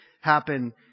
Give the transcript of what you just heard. happen